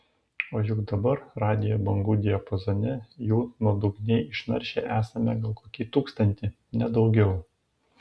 o juk dabar radijo bangų diapazone jų nuodugniai išnaršę esame gal kokį tūkstantį ne daugiau